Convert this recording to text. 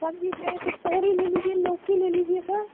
سبزی چاہیے تو توری لے لیجیے لوکی لے لیجیے سر